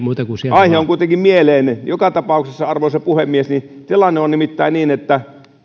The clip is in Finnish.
aihe on kuitenkin mieleinen joka tapauksessa arvoisa puhemies tilanne on nimittäin niin että